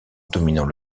dominant